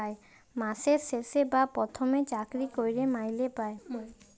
মাসের শেষে বা পথমে চাকরি ক্যইরে মাইলে পায়